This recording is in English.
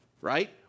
right